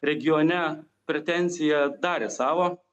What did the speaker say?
regione pretenzija darė savo